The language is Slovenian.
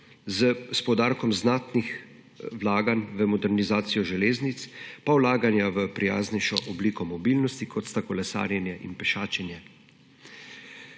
s poudarkom znatnih vlaganj v modernizacijo železnic, pa vlaganja v prijaznejšo obliko mobilnosti, kot sta kolesarjenje in pešačenje.